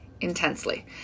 Intensely